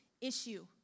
issue